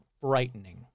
frightening